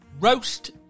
roast